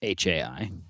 HAI